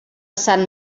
sant